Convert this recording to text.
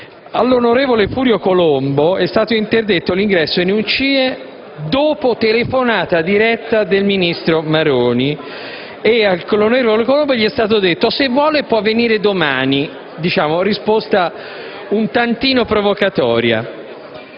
all'onorevole Furio Colombo è stato interdetto l'ingresso in un CIE dopo telefonata diretta del ministro Maroni. All'onorevole Colombo è stato detto: «Se vuole, può venire domani»; mi sembra una risposta un po' provocatoria.